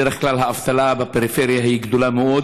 בדרך כלל האבטלה בפריפריה היא גדולה מאוד,